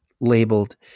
labeled